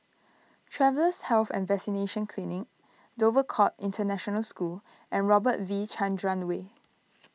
Travellers' Health and Vaccination Clinic Dover Court International School and Robert V Chandran Way